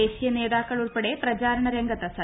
ദേശീയ നേതാക്കൾ ഉൾപ്പെടെ പ്രചാരണ രംഗത്ത് സജീവം